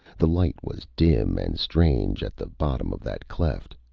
the light was dim and strange at the bottom of that cleft.